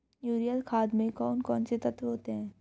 Urea खाद में कौन कौन से तत्व होते हैं?